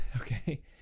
Okay